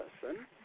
person